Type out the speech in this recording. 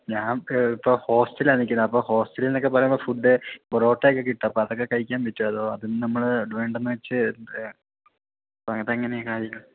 ഞാൻ ഇപ്പോൾ ഹോസ്റ്റിലാണ് നിൽക്കുന്നത് അപ്പോൾ ഹോസ്റ്റലീന്നക്കെ പറയുമ്പോൾ ഫുഡ്ഡ് പൊറോട്ടയൊക്കെ കിട്ടും അപ്പം അതൊക്കെ കഴിക്കാൻ പറ്റുമോ അതോ അതും നമ്മൾ വേണ്ടെന്ന് വെച്ച് അപ്പം അതെങ്ങനെയാണ് കാര്യങ്ങൾ